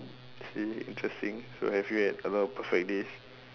I see interesting so have you had a lot of perfect days